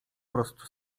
prostu